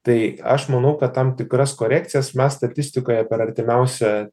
tai aš manau kad tam tikras korekcijas mes statistikoje per artimiausią